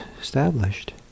established